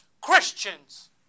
Christians